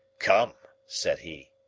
come, said he.